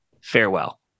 farewell